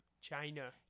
china